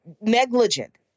negligent